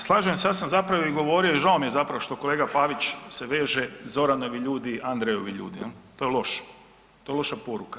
Slažem se, ja sam zapravo i govorio i žao mi je zapravo što kolega Pavić se veže Zoranovi ljudi, Andrejevi ljudi, to je loše, to je loša poruka.